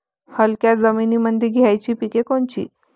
हलक्या जमीनीमंदी घ्यायची पिके कोनची?